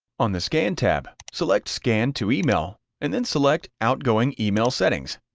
on the scan tab, select scan to email, and then select outgoing email settings.